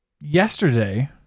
yesterday